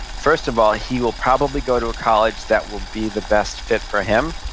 first of all, he will probably go to a college that will be the best fit for him.